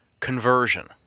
conversion